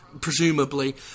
Presumably